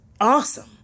awesome